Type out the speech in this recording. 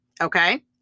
Okay